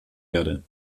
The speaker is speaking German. erde